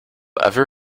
ever